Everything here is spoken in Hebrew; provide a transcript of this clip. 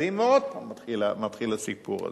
מזדוודים, ועוד פעם מתחיל הסיפור הזה.